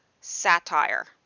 Satire